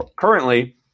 currently